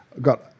got